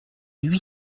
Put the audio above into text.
huit